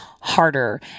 harder